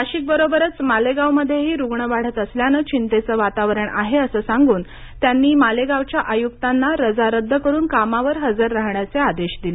नाशिक बरोबरच मालेगाव मध्येही रुग्ण वाढत असल्यानं चिंतेचं वातावरण आहे असं सांगून त्यांनी मालेगावच्या आयुक्तांना रजा रद्द करून कामावर हजर राहण्याचे आदेश दिले